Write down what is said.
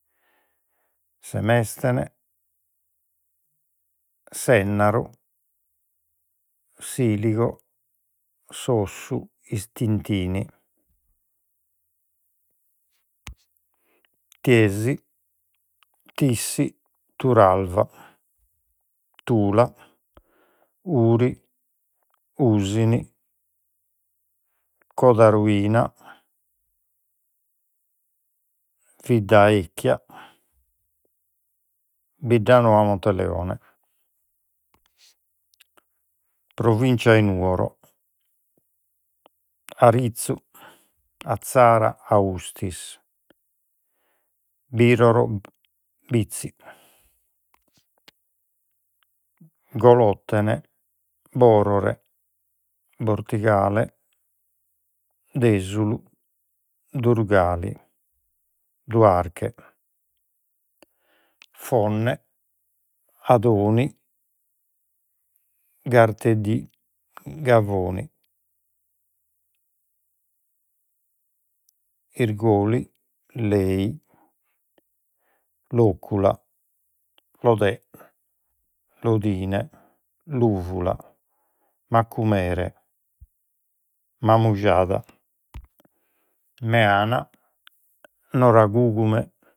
Semestene Sennari Siligo Sossu Isthintini Tiesi Tissi Turalva Tula Uri Ùsini Codaruina Viddaecchja Biddanoa Monteleone Provinzia de Nugoro Aritzu Atzara Austis Bìroro Bitzi Golothene Borore Bortigale Desulu Durgali Duarche Fonne Adoni Garteddi Gavoi Irgoli Lei Locula Lodè Lodine Luvula Macumere Mamujada Meana Naragugume